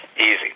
Easy